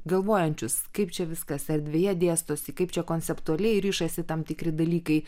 galvojančius kaip čia viskas erdvėje dėstosi kaip čia konceptualiai rišasi tam tikri dalykai